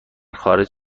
خارج